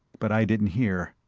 but i didn't hear.